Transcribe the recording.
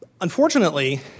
Unfortunately